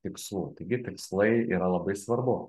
tikslų taigi tikslai yra labai svarbu